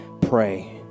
pray